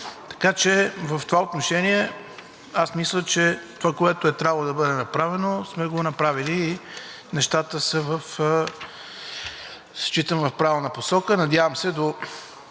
пътищата. В това отношение аз мисля, че това, което е трябвало да бъде направено, сме го направили и нещата считам, че са в правилната посока. Надявам се, може